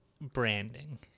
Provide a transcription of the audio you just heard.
branding